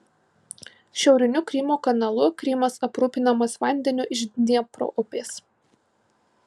šiauriniu krymo kanalu krymas aprūpinamas vandeniu iš dniepro upės